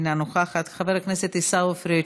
אינה נוכחת, חבר הכנסת עיסאווי פריג'